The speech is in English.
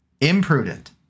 imprudent